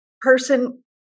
person